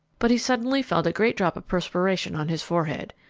but he suddenly felt a great drop of perspiration on his forehead.